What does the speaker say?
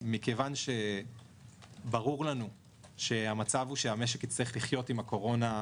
מכיוון שברור לנו שהמצב הוא שהמשק יצטרך לחיות עם הקורונה,